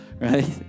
right